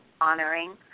honoring